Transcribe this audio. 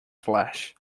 flesh